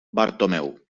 bartomeu